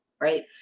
right